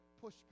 push